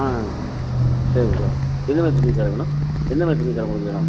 ஆ சரி சார் எந்தமாதிரி துணி சார் வேணும் எந்தமாதிரி துணிி சார் உங்களுக்கு வேணும்